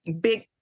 big